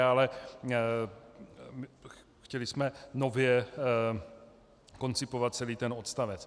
Ale chtěli jsme nově koncipovat celý ten odstavec.